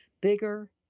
bigger